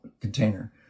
container